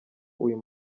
uyu